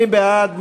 מי בעד?